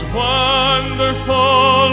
wonderful